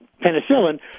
penicillin